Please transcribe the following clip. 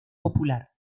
popular